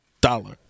dollar